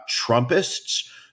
Trumpists